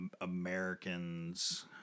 Americans